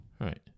right